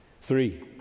Three